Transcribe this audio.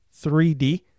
3D